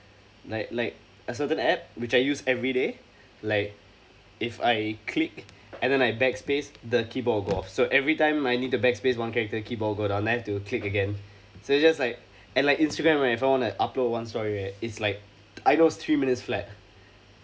like like a certain app which I use everyday like if I click and then I back space the keyboard will go off so everytime I need to back space one character keyboard will go down then I have to click again so it's just like and like Instagram right if I want to upload one story right it's like I lost three minutes flat